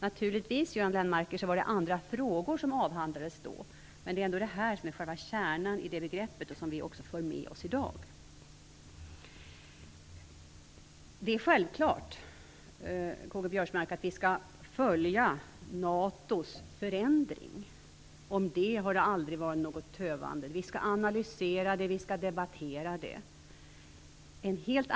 Naturligtvis var det, Göran Lennmarker, andra frågor som då avhandlades. Men det är ändå detta som är själva kärnan i begreppet och som vi också för med oss i dag. Det är självklart att vi skall följa NATO:s förändring, Karl-Göran Biörsmark. Det har aldrig varit något tövande om det. Vi skall analysera och debattera den frågan.